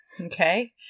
Okay